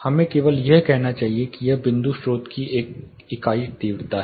हमें केवल यह कहना चाहिए कि यह बिंदु स्रोत की एक इकाई तीव्रता है